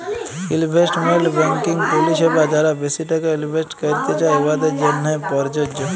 investment banking পরিছেবা যারা বেশি টাকা ইলভেস্ট ক্যইরতে চায়, উয়াদের জ্যনহে পরযজ্য